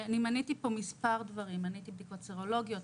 מניתי פה מספר דברים: בדיקות סרולוגיות,